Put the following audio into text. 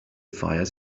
fires